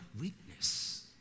weakness